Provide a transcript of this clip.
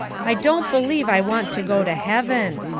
i don't believe i want to go to heaven.